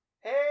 Hey